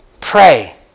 Pray